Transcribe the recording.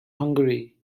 hungary